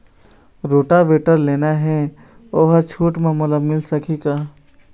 Rotavator लेना हे ओहर छूट म मोला मिल सकही का?